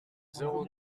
zéro